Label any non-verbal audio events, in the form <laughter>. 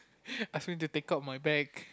<laughs> ask me to take out my bag